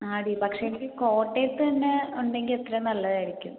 ആ ടി പക്ഷെ എനിക്ക് കോട്ടയത്ത് തന്നെ ഉണ്ടെങ്കിൽ അത്രയും നല്ലതായിരിക്കും